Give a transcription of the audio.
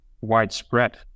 widespread